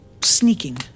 sneaking